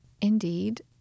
indeed